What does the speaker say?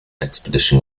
expedition